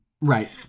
right